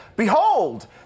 Behold